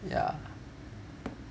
ya